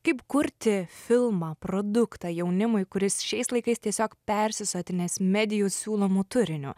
kaip kurti filmą produktą jaunimui kuris šiais laikais tiesiog persisotinęs medijų siūlomu turiniu